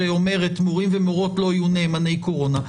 שאומרת מורים ומורות לא יהיו נאמני קורונה.